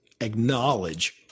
acknowledge